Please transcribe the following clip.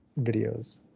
videos